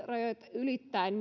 ylittäen